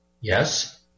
yes